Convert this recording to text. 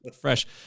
fresh